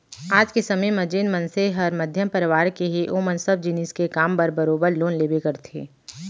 आज के समे म जेन मनसे हर मध्यम परवार के हे ओमन सब जिनिस के काम बर बरोबर लोन लेबे करथे